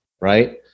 right